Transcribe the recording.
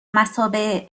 مثابه